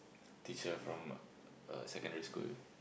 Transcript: teacher from a secondary school